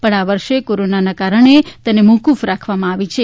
પણ આ વર્ષે કોરોનાના કારણે તે મોફૂફ રાખવામાં આવી છે